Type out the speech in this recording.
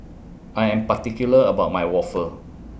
I Am particular about My Waffle